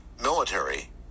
military